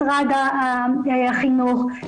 משרד החינוך,